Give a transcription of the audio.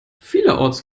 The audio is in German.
vielerorts